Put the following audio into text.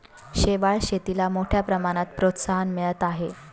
शेवाळ शेतीला मोठ्या प्रमाणात प्रोत्साहन मिळत आहे